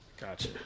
gotcha